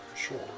Sure